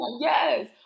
Yes